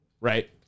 Right